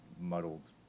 muddled